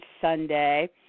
Sunday